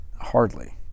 Hardly